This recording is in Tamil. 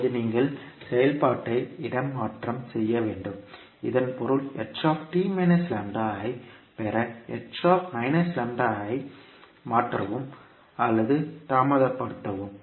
இப்போது நீங்கள் செயல்பாட்டை இடமாற்றம் செய்ய வேண்டும் இதன் பொருள் ஐப் பெற ஐ மாற்றவும் அல்லது தாமதப்படுத்தவும்